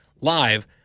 live